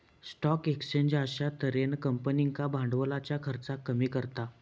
stock exchange अश्या तर्हेन कंपनींका भांडवलाच्या खर्चाक कमी करता